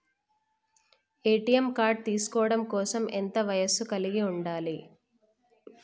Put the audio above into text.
ATM card తీసుకోవడం కోసం ఎంత వయస్సు కలిగి ఉండాలి?